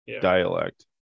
dialect